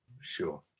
Sure